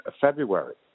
February